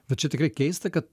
bet čia tikrai keista kad